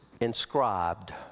inscribed